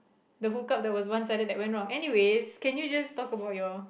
the hook up that was one sided that went wrong anyway can we just talk about your